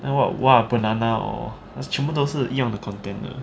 then what !wah! banana or is 全部都是一样的 content 的